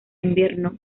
invierno